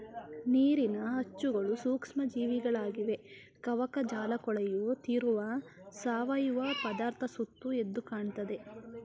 ನೀರಿನ ಅಚ್ಚುಗಳು ಸೂಕ್ಷ್ಮ ಜೀವಿಗಳಾಗಿವೆ ಕವಕಜಾಲಕೊಳೆಯುತ್ತಿರುವ ಸಾವಯವ ಪದಾರ್ಥ ಸುತ್ತ ಎದ್ದುಕಾಣ್ತದೆ